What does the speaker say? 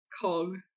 cog